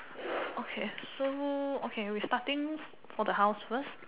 okay so okay we starting for the house first